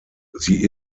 sie